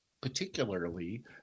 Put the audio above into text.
particularly